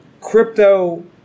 crypto